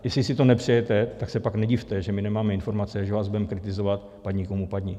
Jestli si to nepřejete, tak se pak nedivte, že my nemáme informace, že vás budeme kritizovat, padni komu padni.